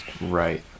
Right